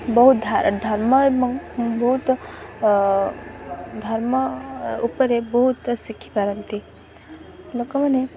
ବହୁତ ଧର୍ମ ଏବଂ ବହୁତ ଧର୍ମ ଉପରେ ବହୁତ ଶିଖିପାରନ୍ତି ଲୋକମାନେ